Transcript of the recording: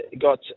got